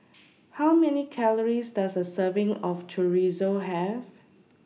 How Many Calories Does A Serving of Chorizo Have